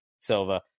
Silva